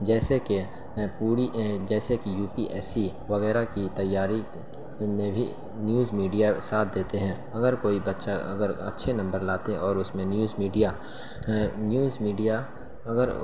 جیسے کہ میں پوری جیسے کہ یو پی ایس سی وغیرہ کی تیاری ان میں بھی نیوز میڈیا ساتھ دیتے ہیں اگر کوئی بچہ اگر اچھے نمبر لاتے اور اس میں نیوز میڈیا نیوز میڈیا اگر